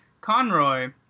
Conroy